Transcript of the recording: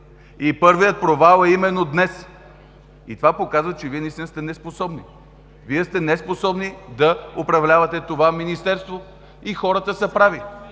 И първият провал е именно днес. И това показва, че Вие наистина сте неспособни. Вие сте неспособни да управлявате това Министерство и хората са прави.